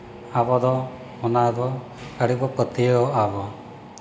ᱟᱵᱚ ᱫᱚ ᱚᱱᱟ ᱫᱚ ᱟᱹᱰᱤ ᱵᱚ ᱯᱟᱹᱛᱭᱟᱹᱣᱟᱜᱼᱟ ᱵᱚᱱ